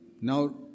Now